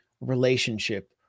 relationship